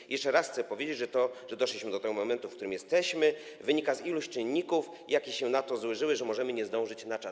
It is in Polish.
I jeszcze raz chcę powiedzieć, że to, że doszliśmy do tego momentu, w którym jesteśmy, wynika z iluś czynników, jakie się na to złożyły, że możemy nie zdążyć na czas,